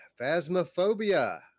Phasmophobia